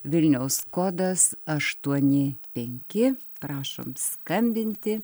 vilniaus kodas aštuoni penki prašom skambinti